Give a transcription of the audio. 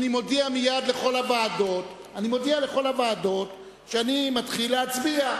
אני מודיע מייד לכל הוועדות שאני מתחיל להצביע,